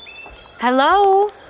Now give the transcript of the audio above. Hello